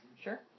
Sure